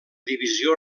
divisió